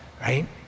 right